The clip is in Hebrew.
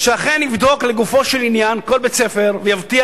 שאכן יבדוק לגופו של עניין כל בית-ספר ויבטיח